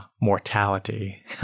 mortality